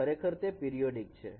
ખરેખર તે પિરીયોડીક છે